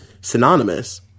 synonymous